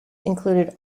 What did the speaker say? included